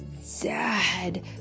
sad